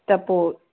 त पोइ